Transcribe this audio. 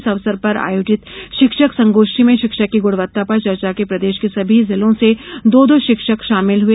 इस अवसर पर आयोजित शिक्षक संगोष्ठी में शिक्षा की गुणवत्ता पर चर्चा में प्रदेश के सभी जिलों से दो दो शिक्षक शामिल हुए